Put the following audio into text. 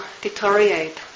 deteriorate